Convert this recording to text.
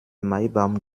maibaum